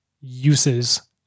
uses